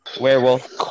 Werewolf